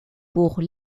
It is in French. pour